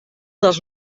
dels